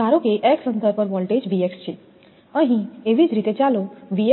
ધારો કે x અંતર પર વોલ્ટેજછે અહીં એવી જ રીતે ચાલો